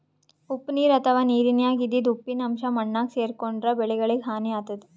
ಉಪ್ಪ್ ನೀರ್ ಅಥವಾ ನೀರಿನ್ಯಾಗ ಇದ್ದಿದ್ ಉಪ್ಪಿನ್ ಅಂಶಾ ಮಣ್ಣಾಗ್ ಸೇರ್ಕೊಂಡ್ರ್ ಬೆಳಿಗಳಿಗ್ ಹಾನಿ ಆತದ್